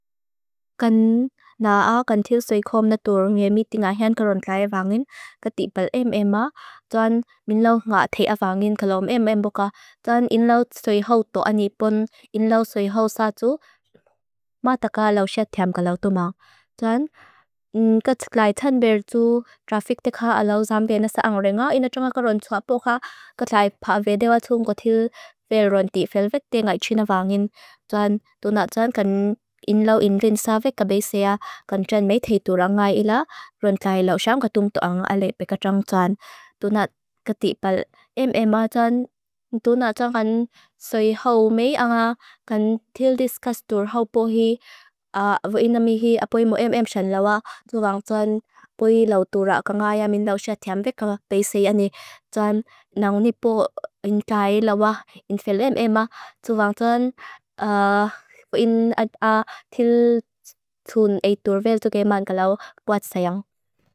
Kan naa kan thiu soi khom na dur ngue miti nga hen karon tlai evangin, ka tibal em em ma, soan min lau nga thea evangin karom em em boka. Soan in lau soi houtu anipon, in lau soi houtu saa tu, maa taka lau set thiam karau tuma. Soan, ka tlai tan ber tu, trafik teka alau zampe nasa ang rengo, ina chunga karon tsua boka, ka tlai pa vedewa tung ko thiu veron ti felvek tia ngai chin evangin. Soan, tu naa soan kan in lau in rinsavek ka besea, kan tlai methii tura ngai ila, veron tlai lau samka tungto ang alepeka trung soan. Tu naa, ka tibal em em ma, soan tu naa soan kan soi houtu mei anga, kan thiu diskustur houtu po hii, vo ina mi hii apoi mo em em son lawa, tu vang soan poi lau tura ka ngaia min lau set thiamvek ka besea ni, soan nang nipo in tlai lawa, in felvek em em ma, tu vang soan po in at a til tun eitur vel tuk e mang lau watsayang.